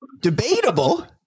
debatable